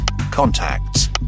contacts